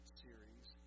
series